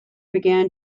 began